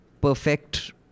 perfect